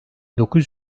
dokuz